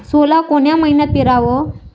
सोला कोन्या मइन्यात पेराव?